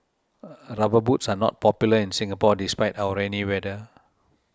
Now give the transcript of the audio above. boots are not popular in Singapore despite our rainy weather